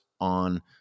On